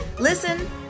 Listen